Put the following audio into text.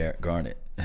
Garnet